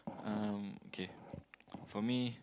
um okay for me